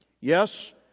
yes